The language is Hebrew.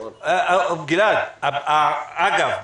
אגב,